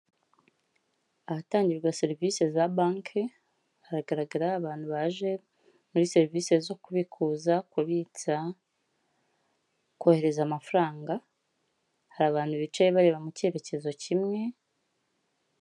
Ahatangirwa serivisi za banki, haragaragara abantu baje muri serivisi zo kubikuza, kubitsa, kohereza amafaranga, hari abantu bicaye bareba mu cyerekezo kimwe.